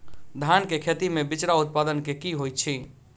धान केँ खेती मे बिचरा उत्पादन की होइत छी?